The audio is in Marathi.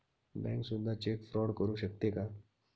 बँक सुद्धा चेक फ्रॉड करू शकते का?